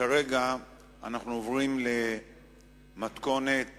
כרגע אנחנו עוברים למתכונת